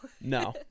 No